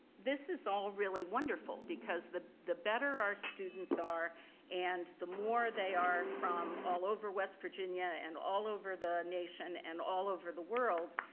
this is all really wonderful because the the better our students are and the more they are from all over west virginia and all over the nation and all over the world,